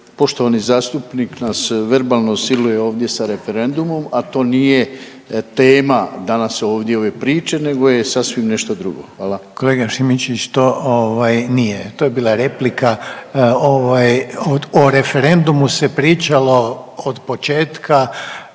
poštovani zastupnik nas verbalno siluje ovdje sa referendumom, a to nije tema danas ovdje ove priče nego je sasvim nešto drugo. Hvala. **Reiner, Željko (HDZ)** Kolega Šimičević to nije to je bila replika, o referendumu se pričalo od početka